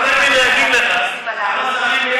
לא נעים לי להגיד לך כמה שרים ביחד לא עושים את מה שאני עושה.